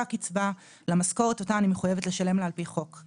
הקצבה למשכורת אותה אני מחויבת לשלם לה על פי חוק.